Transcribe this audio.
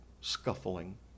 scuffling